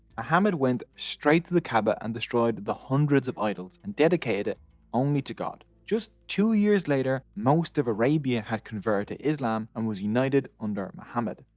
muhammad went straight to the kaaba and destroyed the hundreds of idols and dedicated it only to god. two years later most of arabia had converted to islam and was united under muhammad.